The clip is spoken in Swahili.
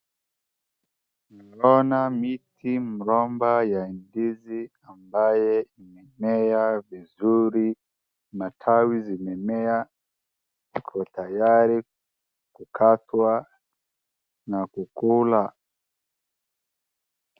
Ninaona miti mgomba ya ndizi ambaye imemea vizuri na tawi zimemea iko tayari kukatwa na kukula.